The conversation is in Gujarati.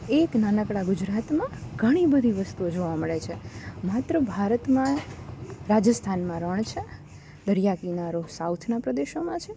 એક નાનકડાં ગુજરાતમાં ઘણી બધી વસ્તુઓ જોવા મળે છે માત્ર ભારતમાં રાજસ્થાનમાં રણ છે દરિયા કિનારો સાઉથના પ્રદેશોમાં છે